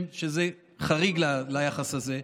שזה חריג ליחס הזה,